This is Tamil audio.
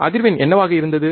அதிர்வெண் என்னவாக இருந்தது